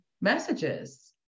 messages